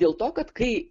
dėl to kad kai